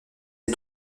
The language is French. des